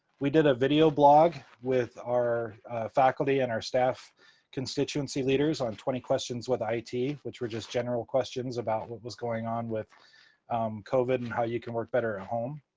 we did a video blog with our faculty and our staff constituency leaders on twenty questions with it, which were just general questions about what was going on with covid and how you can work better at home.